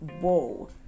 whoa